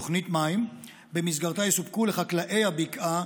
תוכנית מים שבמסגרתה יסופקו לחקלאי הבקעה